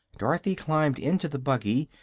dorothy climbed into the buggy,